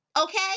okay